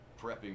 prepping